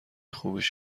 خوبیش